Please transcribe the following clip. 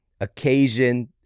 occasion